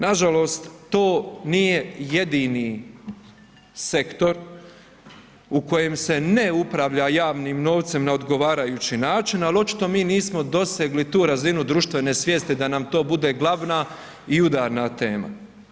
Nažalost, to nije jedini sektor u kojem se ne upravlja javnim novcem na odgovarajući način, ali očito mi nismo dosegli tu razinu društvene svijesti da nam to bude glavna i udarna tema.